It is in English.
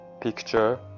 picture